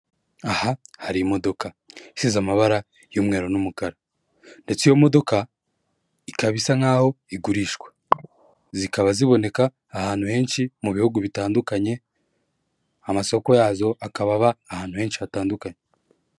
Aha hari imodoka isize amabara y'umweru n'umukara ndetse iyo modoka ikaba isa nkaho igurishwa. Zikaba ziboneka ahantu henshi mu bihugu bitandukanye, amasoko yazo akaba aba ahantu henshi hatandukanye.